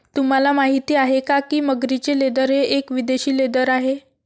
तुम्हाला माहिती आहे का की मगरीचे लेदर हे एक विदेशी लेदर आहे